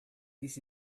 this